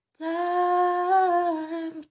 time